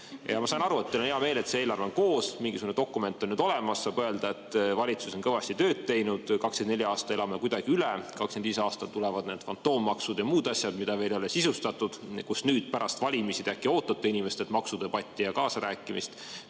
Ma sain aru, teil on hea meel, et see eelarve on koos, mingisugune dokument on nüüd olemas ja saab öelda, et valitsus on kõvasti tööd teinud. 2024. aasta elame kuidagi üle, 2025. aastal tulevad need fantoommaksud ja muud asjad, mida veel ei ole sisustatud. Nüüd, pärast valimisi, te äkki ootate inimestelt maksudebatti ja kaasarääkimist,